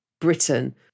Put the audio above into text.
Britain